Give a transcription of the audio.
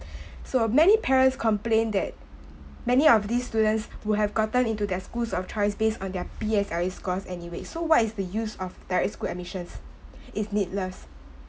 so many parents complained that many of these students who have gotten into their schools of choice based on their P_S_L_E scores anyway so what is the use of direct school admissions it's needless